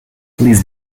please